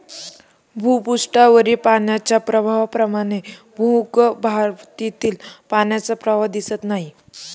भूपृष्ठावरील पाण्याच्या प्रवाहाप्रमाणे भूगर्भातील पाण्याचा प्रवाह दिसत नाही